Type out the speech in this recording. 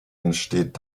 entsteht